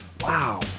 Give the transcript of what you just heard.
Wow